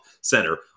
center